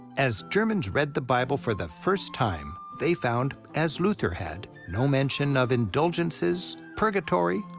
as germans read the bible for the first time, they found as luther had no mention of indulgences, purgatory,